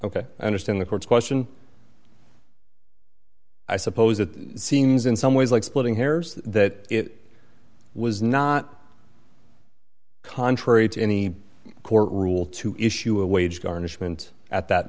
ok i understand the court's question i suppose it seems in some ways like splitting hairs that it was not contrary to any court rule to issue a wage garnishment at that